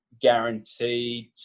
guaranteed